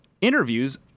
interviews